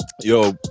Yo